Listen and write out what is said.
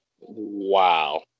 Wow